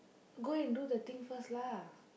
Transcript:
go and do the thing first lah